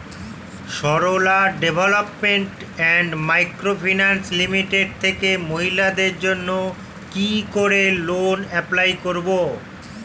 Sarala development and micro finance limited থেকে মহিলাদের জন্য কি করে লোন এপ্লাই করব?